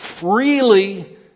freely